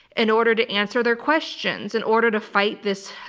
in order to answer their questions, in order to fight this